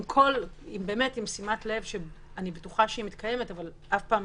עם שימת לב, שאני בטוחה שהיא מקיימת, אבל אף פעם